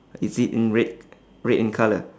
is it in red red in colour